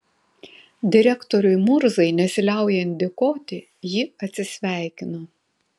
direktoriui murzai nesiliaujant dėkoti ji atsisveikino